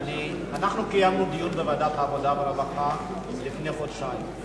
אנחנו קיימנו דיון בוועדת העבודה והרווחה לפני חודשיים.